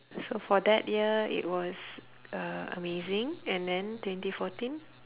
so for that year it was uh amazing and then twenty fourteen